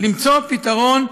למצוא פתרון,